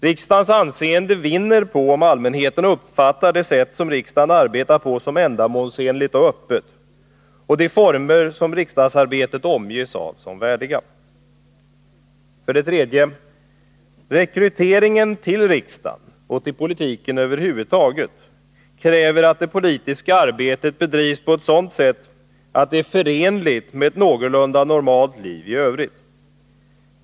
Riksdagens anseende vinner på om allmänheten uppfattar det sätt riksdagen arbetar på som ändamålsenligt och öppet och de former som riksdagsarbetet omges av som värdiga. 3. Rekryteringen till riksdagen — och till politiken över huvud taget — kräver att det politiska arbetet bedrivs på ett sådant sätt att det är förenligt med ett någorlunda normalt liv i övrigt.